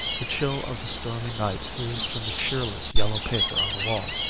the chill of the stormy night oozed from the cheerless yellow paper on the wall.